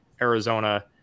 Arizona